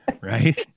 Right